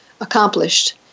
accomplished